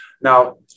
Now